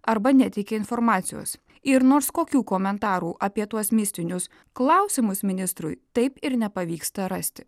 arba neteikė informacijos ir nors kokių komentarų apie tuos mistinius klausimus ministrui taip ir nepavyksta rasti